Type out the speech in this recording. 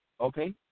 okay